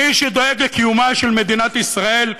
מי שדואג לקיומה של מדינת ישראל,